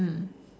mm